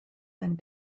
and